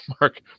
Mark